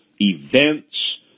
events